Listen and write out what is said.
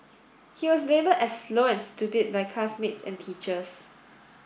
he was labelled as slow and stupid by classmates and teachers